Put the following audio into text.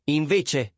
invece